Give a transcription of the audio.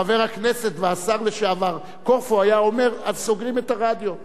חבר הכנסת והשר לשעבר קורפו היה אומר: אז סוגרים את הרדיו.